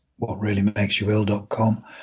whatreallymakesyouill.com